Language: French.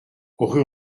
rue